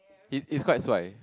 he his quite so I